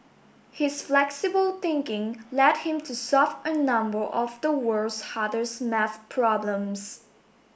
his flexible thinking led him to solve a number of the world's hardest maths problems